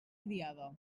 criada